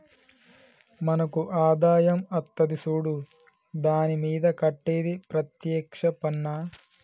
మనకు ఆదాయం అత్తది సూడు దాని మీద కట్టేది ప్రత్యేక్ష పన్నా